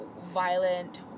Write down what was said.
violent